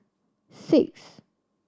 six